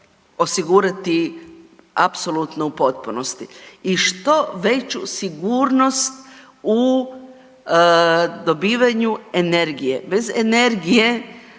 osigurati apsolutno u potpunosti i što veću sigurnost u dobivanju energije. Bez energije